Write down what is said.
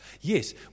Yes